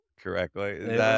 correctly